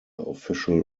official